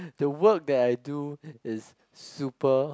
the work that I do is super